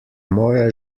moja